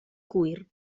cuir